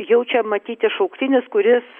jau čia matyti šauktinis kuris